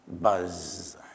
buzz